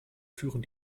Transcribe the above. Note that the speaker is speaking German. führen